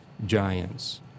Giants